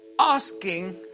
asking